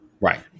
Right